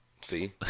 see